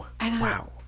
Wow